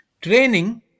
training